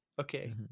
Okay